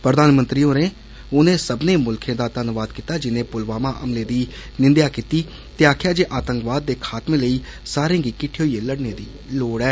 प्रधानमंत्री होरें उन्नें सब्बने मुल्खें दा धन्नवाद कीता जिने पुलवामा हमले दी निंदेआ कीती ते आक्खेआ जे आतंकवाद दे खात्मे लेई सारे गी किट्ठे होइयै लड़ने दी लोड़ ऐ